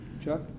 Chuck